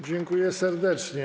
Dziękuję serdecznie.